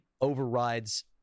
overrides